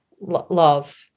love